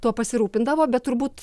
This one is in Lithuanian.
tuo pasirūpindavo bet turbūt